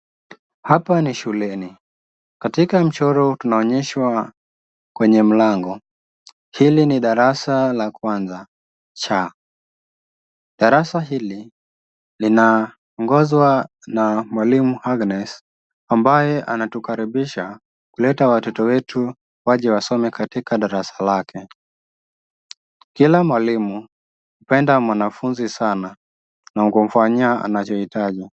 Hapa ni shuleni katika michoro tunaonyeshwa kwenye mlango, hili ni darasa la kwanza C,darasa hili linaongezwa na mwalimu Agnes ambaye anatukaribisha kuleta watoto wetu waje wa7some katika darasa lake, Kila mwalimu upenda wanafunzi wake sana na kumfanyia anachoitaji.